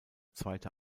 zweite